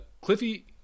Cliffy